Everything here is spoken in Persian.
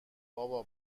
بابا